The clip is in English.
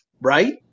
right